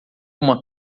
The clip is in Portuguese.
uma